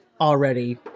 already